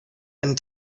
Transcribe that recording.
and